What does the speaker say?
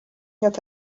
that